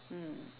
mm